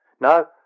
No